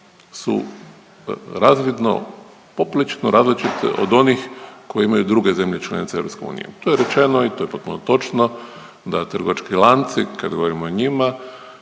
su razredno poprilično različite od onih koje imaju druge zemlje članice EU. To je rečeno i to je potpuno točno da trgovački lanci kada govorimo o njima